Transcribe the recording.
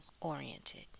oriented